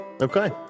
okay